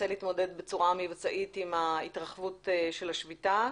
להתמודד בצורה מבצעית עם התרחבות השביתה.